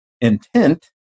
intent